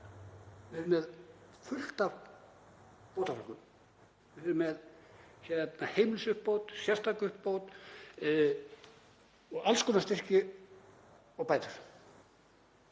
Við erum með fullt af bótaflokkum, við erum með heimilisuppbót, sérstaka uppbót og alls konar styrki og bætur.